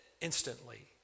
instantly